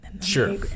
sure